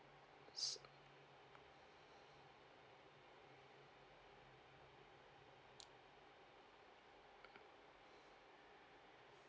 s~